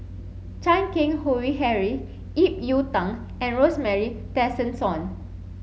Chan Keng Howe Harry Ip Yiu Tung and Rosemary Tessensohn